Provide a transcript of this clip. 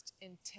intense